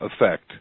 effect